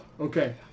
Okay